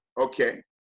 okay